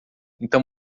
então